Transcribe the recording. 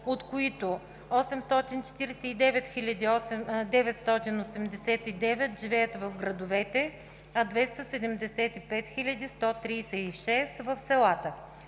от които 849 989 живеят в градовете, а 275 136 – в селата.